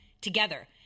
together